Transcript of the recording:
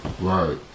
Right